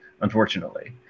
unfortunately